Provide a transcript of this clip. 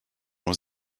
was